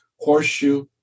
horseshoe